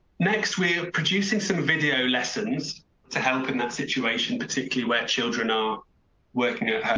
next, we're producing some video lessons to help in that situation, particularly where children are working at.